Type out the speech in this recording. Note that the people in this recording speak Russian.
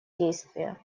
действия